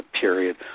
period